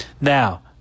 Now